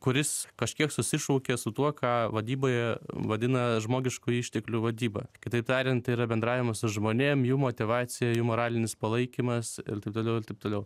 kuris kažkiek susišaukia su tuo ką vadyboje vadina žmogiškų išteklių vadyba kitaip tariant tai yra bendravimas su žmonėm jų motyvacija jų moralinis palaikymas ir taip toliau ir taip toliau